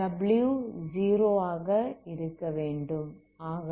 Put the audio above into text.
ஆகவே w 0 ஆக இருக்கவேண்டும்